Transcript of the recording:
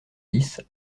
dix